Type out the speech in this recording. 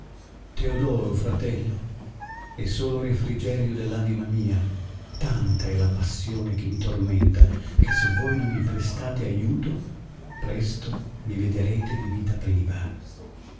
teodoro fratello e solo refrigerio dell anima mia tanta è la passione che mi tormenta che se voi non mi prestate aiuto presto mi vederete di vita priva